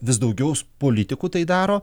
vis daugiau politikų tai daro